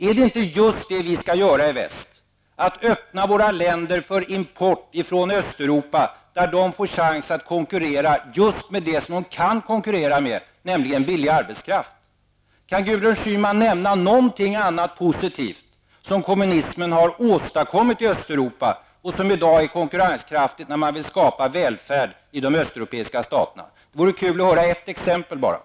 Är det inte just det vi skall göra i väst: öppna våra länder för en import från länderna i Östeuropa där de får konkurrera med just det som de kan konkurrera med, nämligen billig arbetskraft? Kan Gudrun Schyman nämna något annat positivt som kommunismen har åstadkommit i Östeuropa och som är konkurrenskraftigt när man i dag vill skapa välfärd i de östeuropeiska staterna? Det vore roligt att få åtminstone ett exempel.